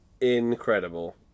incredible